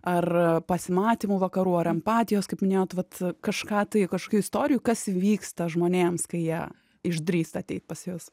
ar pasimatymų vakarų ar empatijos kaip minėjot vat kažką tai kažkokių istorijų kas vyksta žmonėms kai jie išdrįsta ateiti pas jus